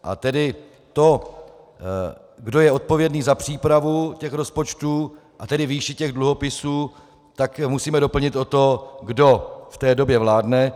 A tedy to, kdo je odpovědný za přípravu rozpočtů a tedy výši těch dluhopisů, musíme doplnit o to, kdo v té době vládne.